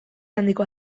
handikoa